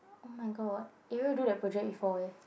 oh my god Arial do that project before eh